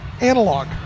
analog